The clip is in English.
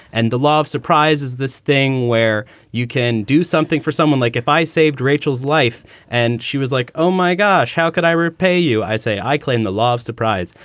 and the love surprise is this thing where you can do something for someone like if i saved rachel's life and she was like, oh, my gosh, how could i repay you? i say, i claim the love surprise,